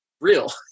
real